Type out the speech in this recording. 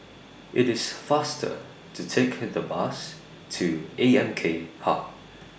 IT IS faster to Take The Bus to A M K Hub